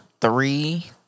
three